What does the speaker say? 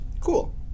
cool